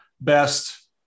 best